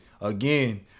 again